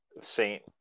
saint